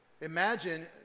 Imagine